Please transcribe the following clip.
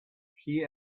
she